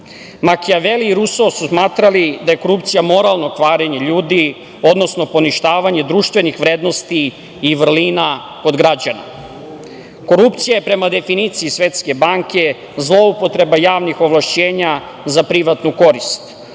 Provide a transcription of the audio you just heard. države. Makijaveli i Ruso su smatrali da je korupcija moralno kvarenje ljudi, odnosno poništavanje društvenih vrednosti i vrlina od građana. Korupcija je prema definiciji Svetske banke zloupotreba javnih ovlašćenja za privatnu korist.